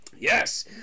yes